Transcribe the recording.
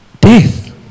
Death